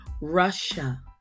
Russia